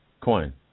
coin